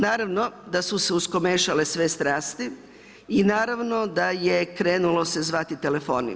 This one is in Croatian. Naravno da su se uskomešale sve strasti i naravno da je krenulo se zvati telefoni.